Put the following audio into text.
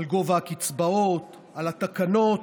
על גובה הקצבאות, על התקנות,